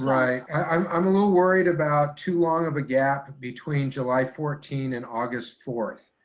right, i'm i'm a little worried about too long of a gap between july fourteen and august fourth.